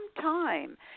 time